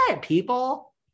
People